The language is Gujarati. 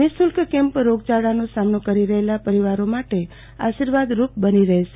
નિઃશુલ્ક કેમ્પ રોગચાળાનો સામનો કરી રહેલા પરિવારો માટે આશિર્વાદરૂપ બની રહેશે